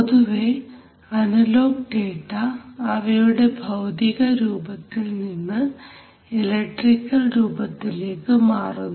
പൊതുവേ analogue data അവയുടെ ഭൌതികരൂപത്തിൽ നിന്ന് ഇലക്ട്രിക്കൽ രൂപത്തിലേക്ക് മാറുന്നു